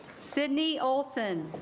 sidney olsen